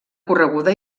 correguda